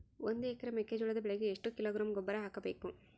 ಒಂದು ಎಕರೆ ಮೆಕ್ಕೆಜೋಳದ ಬೆಳೆಗೆ ಎಷ್ಟು ಕಿಲೋಗ್ರಾಂ ಗೊಬ್ಬರ ಹಾಕಬೇಕು?